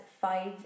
five